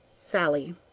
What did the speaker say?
sallie.